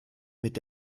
mit